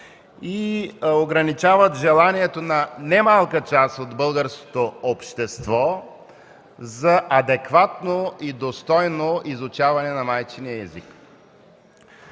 и ограничават желанието на немалка част от българското общество за адекватно и достойно изучаване на майчиния език.